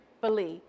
believe